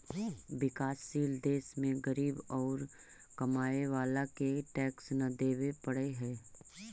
विकासशील देश में गरीब औउर कमाए वाला के टैक्स न देवे पडऽ हई